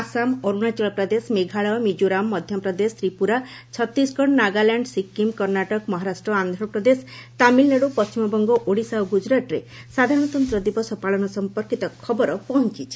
ଆସାମ ଅର୍ତ୍ତାଚଳ ପ୍ରଦେଶ ମେଘାଳୟ ମିଜୋରାମ ମଧ୍ୟପ୍ରଦେଶ ତ୍ରିପୁରା ଛତିଶଗଡ଼ ନାଗାଲ୍ୟାଣ୍ଡ ସକ୍କିମ୍ କର୍ଷାଟକ ମହାରାଷ୍ଟ୍ର ଆନ୍ଧ୍ରପ୍ରଦେଶ ତାମିଲ୍ନାଡୁ ପଣ୍ଟିମବଙ୍ଗ ଓଡ଼ିଶା ଓ ଗୁକୁରାଟ୍ରେ ସାଧାରଣତନ୍ତ ଦିବସ ପାଳନ ସମ୍ପର୍କିତ ଖବର ପହଞ୍ଚୁଛି